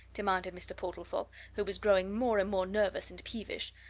demanded mr. portlethorpe who was growing more and more nervous and peevish.